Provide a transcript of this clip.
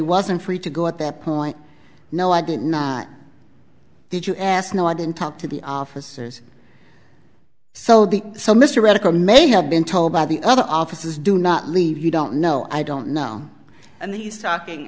wasn't free to go at that point no i did not did you ask no i didn't talk to the officers so the so mr radical may have been told by the other officers do not leave you don't know i don't know and he's talking